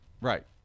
Right